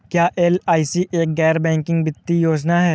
क्या एल.आई.सी एक गैर बैंकिंग वित्तीय योजना है?